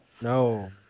No